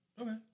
Okay